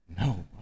No